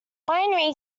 binary